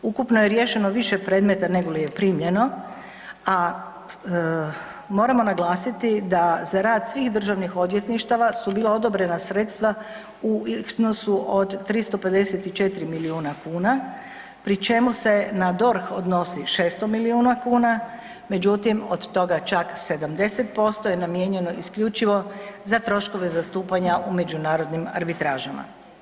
Ukupno je riješeno više predmeta nego li je primljeno, a moramo naglasiti da za rad svih državnih odvjetništava su bila odobrena sredstva u iznosu od 354 milijuna kuna, pri čemu se na DORH odnosi 600 milijuna kuna, međutim, od toga čak 70% je namijenjeno isključivo za troškove zastupanja u međunarodnim arbitražama.